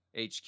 HQ